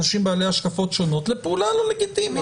אנשים בעלי השקפות שונות לפעולה לא לגיטימית.